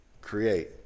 create